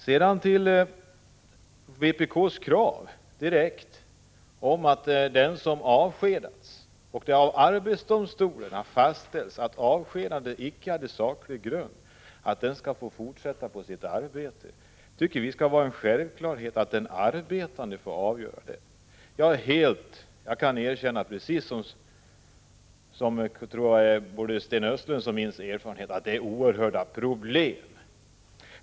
Så några ord om vpk:s direkta krav att den som avskedats skall få fortsätta på sitt arbete om det av arbetsdomstolen fastställs att avskedandet icke hade saklig grund. Vi tycker att det är en självklarhet att den arbetande skall få 41 avgöra detta. Jag kan erkänna att min erfarenhet är att det kan vara oerhörda problem härvidlag — det är väl även Sten Östlunds erfarenhet.